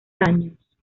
daños